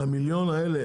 על ה- 1 מיליון האלה,